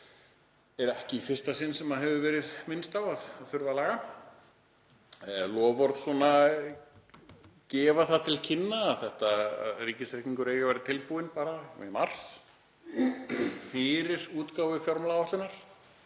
er ekki í fyrsta sinn sem hefur verið minnst á það, að það þurfi að laga. Loforð gefa það til kynna að ríkisreikningur eigi að vera tilbúinn í mars fyrir útgáfu fjármálaáætlunar.